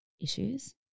issues